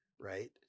right